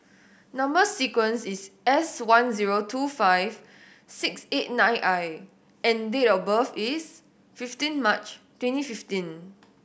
number sequence is S one zero two five six eight nine I and date of birth is fifteen March twenty fifteen